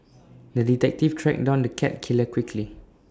the detective tracked down the cat killer quickly